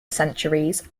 centuries